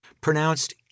pronounced